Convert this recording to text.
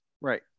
Right